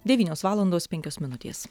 devynios valandos penkios minutės